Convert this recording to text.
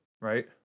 right